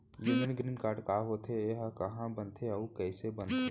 Union green card का होथे, एहा कहाँ बनथे अऊ कइसे बनथे?